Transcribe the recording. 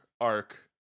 arc